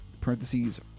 parentheses